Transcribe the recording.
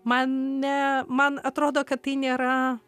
man ne man atrodo kad tai nėra